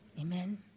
amen